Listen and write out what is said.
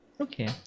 Okay